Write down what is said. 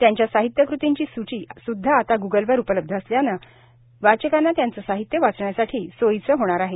त्यांच्या साहित्य कृतींची सूची सुद्धा आता ग्गलवर उपलब्ध असल्याने वाचकांना त्यांचं साहित्य वाचण्यासाठी सोयीच होणार आहे